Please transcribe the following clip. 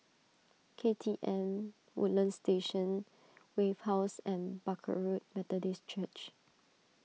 K T M Woodlands Station Wave House and Barker Road Methodist Church